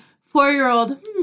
four-year-old